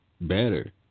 better